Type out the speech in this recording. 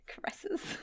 caresses